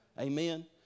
Amen